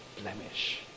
blemish